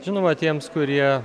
žinoma tiems kurie